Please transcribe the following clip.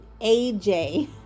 AJ